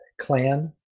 clan